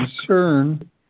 concern